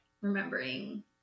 remembering